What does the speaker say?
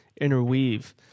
interweave